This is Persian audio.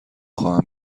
خواهم